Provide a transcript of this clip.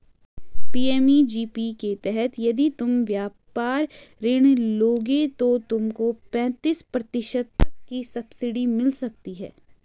PMEGP के तहत यदि तुम व्यापार ऋण लोगे तो तुमको पैंतीस प्रतिशत तक की सब्सिडी मिल सकती है